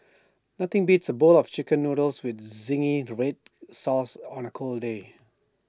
nothing beats A bowl of Chicken Noodles with Zingy Red Sauce on A cold day